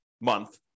month